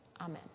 Amen